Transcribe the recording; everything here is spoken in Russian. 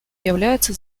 является